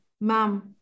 mom